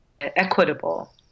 equitable